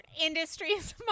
Industries